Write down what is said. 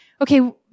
okay